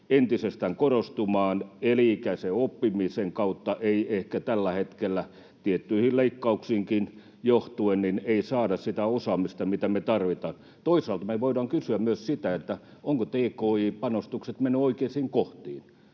entisestään korostumaan. Elinikäisen oppimisen kautta ei ehkä tällä hetkellä tietyistä leikkauksista johtuen saada sitä osaamista, mitä me tarvitaan. Toisaalta me voidaan kysyä myös sitä, ovatko tki-panostukset menneet oikeisiin kohtiin.